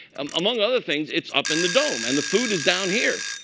um among other things, it's up in the dome. and the food is down here.